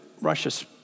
Russia's